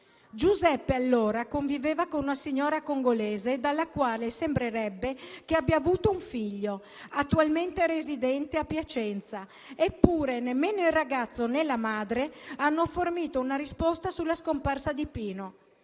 Giuseppe, allora, conviveva con una signora congolese dalla quale sembrerebbe che abbia avuto un figlio, attualmente residente a Piacenza. Eppure nemmeno il ragazzo, né la madre hanno fornito una risposta sulla scomparsa di Pino.